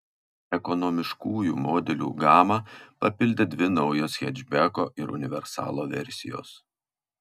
ekonomiškųjų modelių gamą papildė dvi naujos hečbeko ir universalo versijos